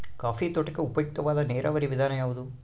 Coffee ತೋಟಕ್ಕೆ ಉಪಯುಕ್ತವಾದ ನೇರಾವರಿ ವಿಧಾನ ಯಾವುದು?